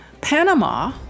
Panama